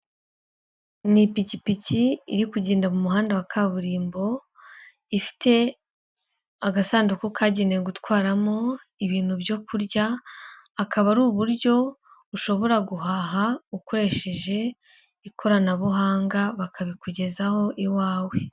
Ni ipikipiki iri kugenda mu muhanda wa kaburimbo, ifite agasanduku kagenewe gutwaramo ibintu byo kurya, akaba ari uburyo ushobora guhaha ukoresheje ikoranabuhanga bakabikugezaho iwawe.